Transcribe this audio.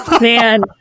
man